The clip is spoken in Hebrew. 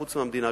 חוץ מהמדינה,